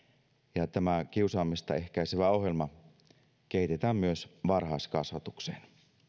ja tämä kiusaamista ehkäisevä ohjelma kehitetään myös varhaiskasvatukseen